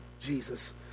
Jesus